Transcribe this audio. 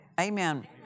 Amen